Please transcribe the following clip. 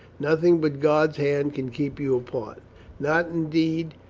nothing but god's hand can keep you apart not, indeed,